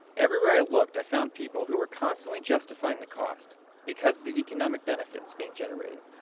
everywhere i looked, i found people who were constantly justifying the cost because of the economic benefits being generated.